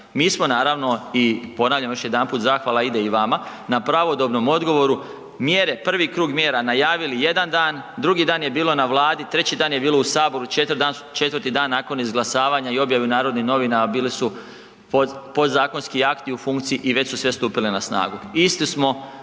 Mi smo naravno, i ponavljam još jedanput, zahvala ide i vama na pravodobnom odgovoru, mjere, prvi krug mjera najavili jedan dan, drugi dan je bilo na Vladi, treći dan je bilo u saboru, četvrti dan nakon izglasavanja i objave u Narodnim novinama bili su podzakonski akti u funkciji i već su …/Govornik se ne